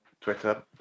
Twitter